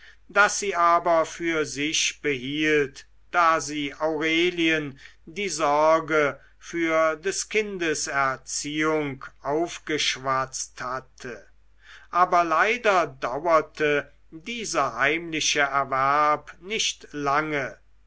das sie aber für sich behielt da sie aurelien die sorge für des kindes erziehung aufgeschwatzt hatte aber leider dauerte dieser heimliche erwerb nicht lange